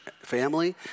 family